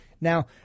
Now